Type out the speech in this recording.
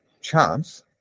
chance